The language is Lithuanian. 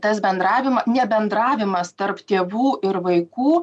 tas bendravimo nebendravimas tarp tėvų ir vaikų